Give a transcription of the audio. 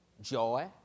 Joy